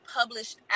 published